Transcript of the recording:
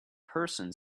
person